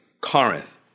Corinth